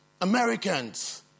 Americans